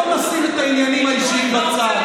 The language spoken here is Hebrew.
בוא ונשים את העניינים האישיים בצד,